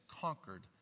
conquered